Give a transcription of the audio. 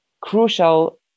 crucial